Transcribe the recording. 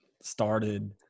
started